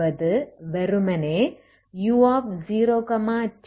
அதாவது வெறுமனே u0t0